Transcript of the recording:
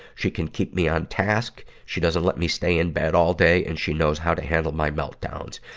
she can keep me on task, she doesn't let me stay in bed all day, and she knows how to handle my meltdowns.